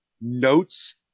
notes